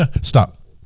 stop